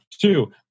two